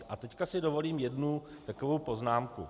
A teď si dovolím jednu takovou poznámku.